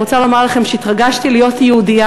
אני רוצה לומר לכם שהתרגשתי להיות יהודייה,